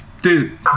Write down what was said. Dude